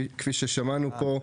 כפי ששמענו פה,